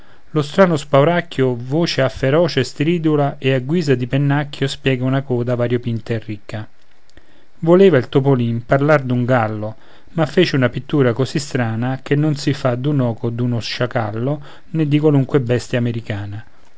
lo strano spauracchio voce ha feroce e stridula e a guisa di pennacchio spiega una coda variopinta e ricca voleva il topolin parlar d'un gallo ma fece una pittura così strana che non si fa d'un'orca o d'un sciacallo né di qualunque bestia americana